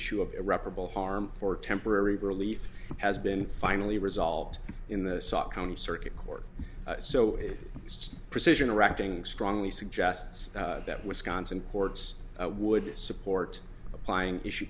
issue of irreparable harm for temporary relief has been finally resolved in the circuit court so precision reacting strongly suggests that wisconsin paul would support applying issue